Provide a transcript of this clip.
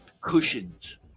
cushions